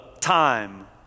time